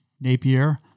Napier